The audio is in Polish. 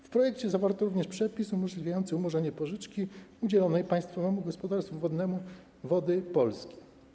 W projekcie zawarto również przepis umożliwiający umorzenie pożyczki udzielonej Państwowemu Gospodarstwu Wodnemu Wody Polskie.